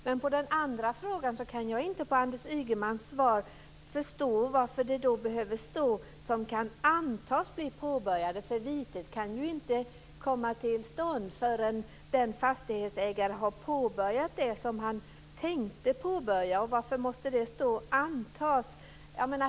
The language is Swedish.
Men när det gäller den andra frågan kan jag inte av Anders Ygemans svar förstå varför det behöver stå "kan antas bli påbörjad". Vitet kan ju inte komma till stånd förrän fastighetsägaren har påbörjat det som han tänkte påbörja. Varför måste det stå "antas"?